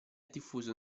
diffuso